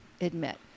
admit